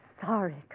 sorry